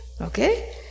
okay